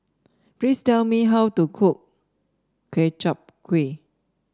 please tell me how to cook Ku Chai Kuih